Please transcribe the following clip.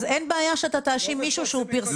אין בעיה שאתה תאשים מישהו שהוא פרסם.